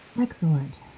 Excellent